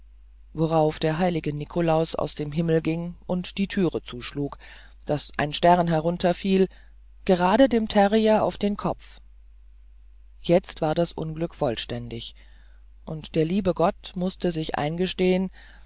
worauf der heilige nikolaus aus dem himmel ging und die türe zuschlug daß ein stern herunterfiel gerade dem terrier auf den kopf jetzt war das unglück vollständig und der liebe gott mußte sich eingestehen